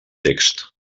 text